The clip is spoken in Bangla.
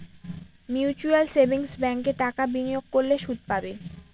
মিউচুয়াল সেভিংস ব্যাঙ্কে টাকা বিনিয়োগ করলে সুদ পাবে